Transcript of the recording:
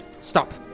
Stop